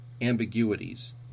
ambiguities